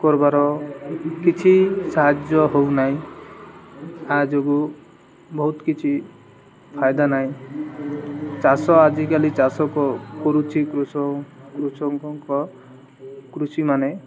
କର୍ବାର କିଛି ସାହାଯ୍ୟ ହେଉନାହିଁ ଆ ଯୋଗୁଁ ବହୁତ କିଛି ଫାଇଦା ନାହିଁ ଚାଷ ଆଜିକାଲି ଚାଷ କରୁଛି କୃଷ କୃଷକଙ୍କ କୃଷିମାନେ